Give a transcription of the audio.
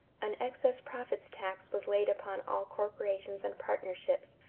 an excess profits tax was laid upon all corporations and partnerships,